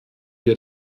wir